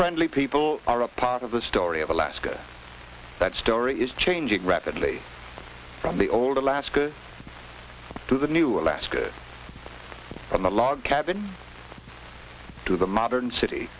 friendly people are a part of the story of alaska that story is changing rapidly from the old alaska to the new alaska from the log cabin to the modern city